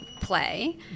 play